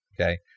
Okay